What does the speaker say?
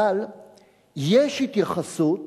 אבל יש התייחסות